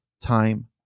time